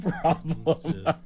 problem